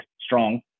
strong